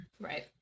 Right